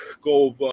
go